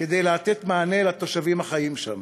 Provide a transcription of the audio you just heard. כדי לתת מענה לתושבים החיים שם.